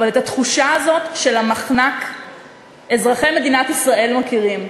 אבל את התחושה הזאת של המחנק אזרחי מדינת ישראל מכירים.